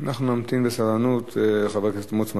אנחנו נמתין בסבלנות, חבר הכנסת מוץ מטלון.